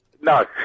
No